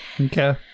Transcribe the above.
okay